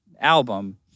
album